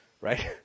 right